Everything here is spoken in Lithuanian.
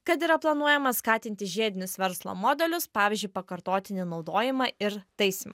kad yra planuojama skatinti žiedinius verslo modelius pavyzdžiui pakartotinį naudojimą ir taisymą